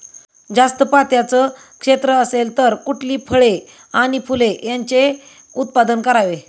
जास्त पात्याचं क्षेत्र असेल तर कुठली फळे आणि फूले यांचे उत्पादन करावे?